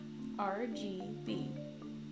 RGB